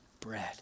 bread